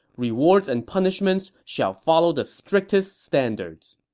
rewards and punishments shall follow the strictest standards.